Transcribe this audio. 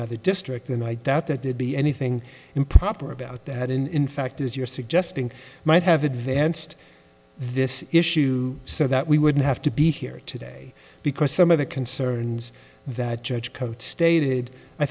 another district and i doubt that they'd be anything improper about that in in fact as you're suggesting might have advanced this issue so that we wouldn't have to be here today because some of the concerns that judge coats stated i